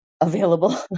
available